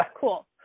cool